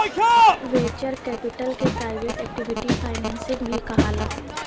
venture capital के private equity financing भी कहाला